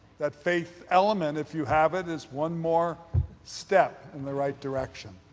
that faith element if you have it is one more step in the right direction.